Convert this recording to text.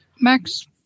Max